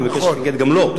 אני מבקש להתנגד גם לו.